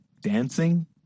dancing